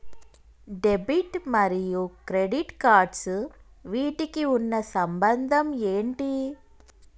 Debit మరియు credit cards వీటికి ఉన్న సంబంధం ఏంటి?